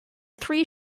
three